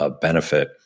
benefit